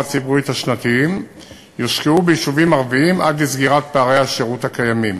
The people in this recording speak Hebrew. השנתיים יושקעו ביישובים ערביים עד לסגירת פערי השירות הקיימים.